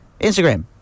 Instagram